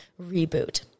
reboot